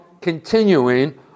continuing